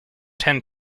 ten